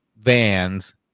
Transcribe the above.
vans